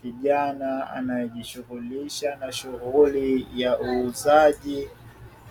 Kijana anayejishughuli na shughuli ya uuzaji